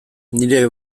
nire